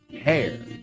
hair